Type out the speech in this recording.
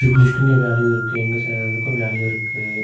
ட்ரிபிள்இக்கும் இங்கே வேல்யூ இருக்குது எங்கள் இதுக்கும் வேல்யூ இருக்குது